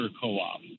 co-op